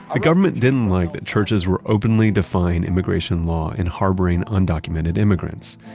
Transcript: ah government didn't like that churches were openly defined immigration law and harboring undocumented immigrants.